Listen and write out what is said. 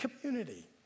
community